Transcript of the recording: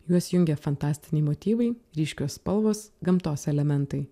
juos jungia fantastiniai motyvai ryškios spalvos gamtos elementai